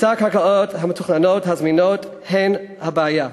היצע הקרקעות המתוכננות הזמינות הוא הבעיה.